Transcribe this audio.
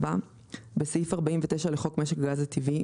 (4)בסעיף 49 לחוק משק הגז הטבעי,